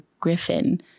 griffin